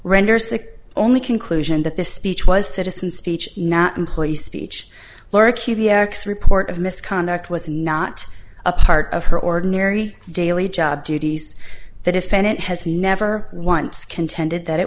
renders the only conclusion that the speech was citizen speech not employees speech lorikeet the acts report of misconduct was not a part of her ordinary daily job duties the defendant has never once contended that it